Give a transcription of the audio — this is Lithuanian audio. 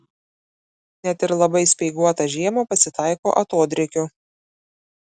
net ir labai speiguotą žiemą pasitaiko atodrėkių